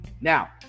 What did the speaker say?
Now